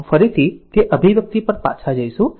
આમ ફરીથી તે અભિવ્યક્તિ પર પાછા જઈશું